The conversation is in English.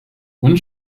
one